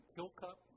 Kilcup